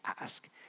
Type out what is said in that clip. ask